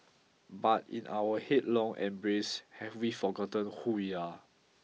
but in our headlong embrace have we forgotten who we are